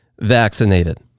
vaccinated